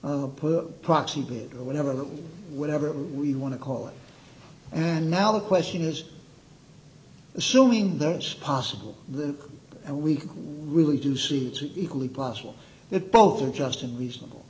proxy or whatever whatever we want to call it and now the question is assuming that's possible the and we really do see two equally possible that both are just unreasonable